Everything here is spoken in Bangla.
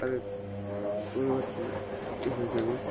আর পরিবর্তন হয়েছে আমার